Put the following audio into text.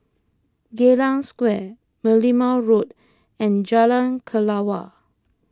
Geylang Square Merlimau Road and Jalan Kelawar